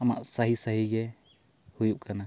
ᱟᱢᱟᱜ ᱥᱟᱦᱤ ᱥᱟᱦᱤᱜᱮ ᱦᱩᱭᱩᱜ ᱠᱟᱱᱟ